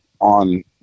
on